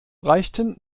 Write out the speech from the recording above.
reichten